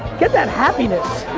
get that happiness.